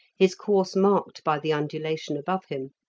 his course marked by the undulation above him.